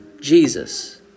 Jesus